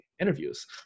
interviews